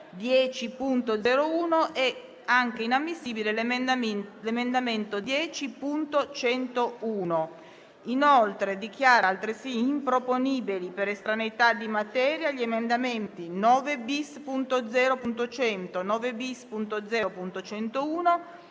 10.0.1 e inammissibile l'emendamento 10.101. Dichiara altresì improponibili per estraneità di materia gli emendamenti 9-*bis*.0.100, 9-*bis*.0.101